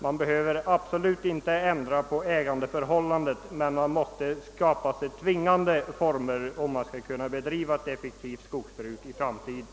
Man behöver inte absolut ändra på ägandeförhållandena, men det måste införas tvingande bestämmelser som gör det möjligt att bedriva ett effektivt skogsbruk i framtiden.